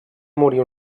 morir